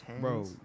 Bro